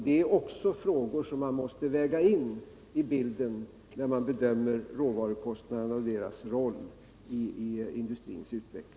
Det är också frågor som man måste väga in vid bedömningen av råvarukostnaderna och deras roll i industrins utveckling.